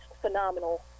phenomenal